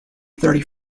thirty